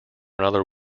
another